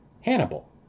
Hannibal